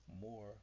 more